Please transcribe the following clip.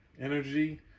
energy